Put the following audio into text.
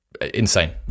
Insane